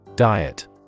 Diet